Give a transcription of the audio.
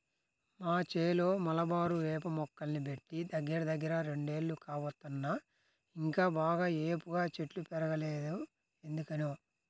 మా చేలో మలబారు వేప మొక్కల్ని బెట్టి దగ్గరదగ్గర రెండేళ్లు కావత్తన్నా ఇంకా బాగా ఏపుగా చెట్లు బెరగలేదు ఎందుకనో